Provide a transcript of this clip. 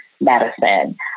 medicine